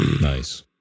Nice